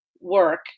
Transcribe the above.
work